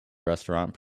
restaurant